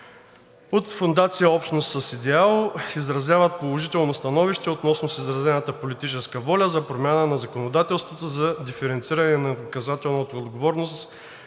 От фондация „Общностъ Съ Идеалъ“ изразяват положително становище относно изразената политическа воля за промяна на законодателството за диференциране на наказателната отговорност